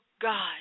God